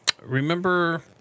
Remember